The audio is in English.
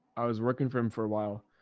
i was working for him for awhile,